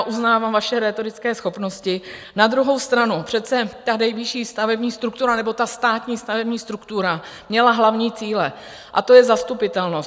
Uznávám vaše rétorické schopnosti, na druhou stranu přece ta nejvyšší stavební struktura nebo ta státní stavební struktura měla hlavní cíle, a to je zastupitelnost.